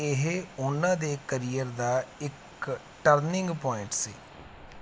ਇਹ ਉਨ੍ਹਾਂ ਦੇ ਕਰੀਅਰ ਦਾ ਇੱਕ ਟਰਨਿੰਗ ਪੁਆਇੰਟ ਸੀ